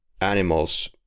animals